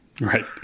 right